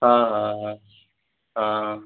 ஆ ஆ ஆ ஆ